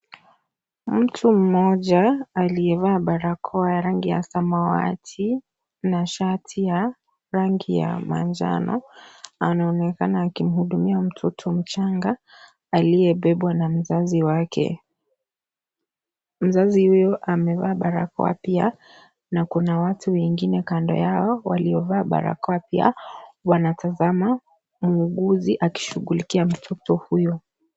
Mtu mmoja aliyevaa barakoa wa rangi ya samawati na shati ya rangi ya manjano, anaonekana akimhudumia mtoto mchanga aliyebebwa na mzazi wake. Mzazi huyo amevaa barakoa pia na kuna watu wengine kando Yao waliovaa barakoa pia. Wanatazama mhuguzi akishughulikia mtoto huyo.